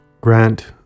Grant